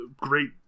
great